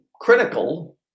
critical